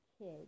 kid